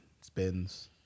spins